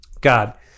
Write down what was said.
God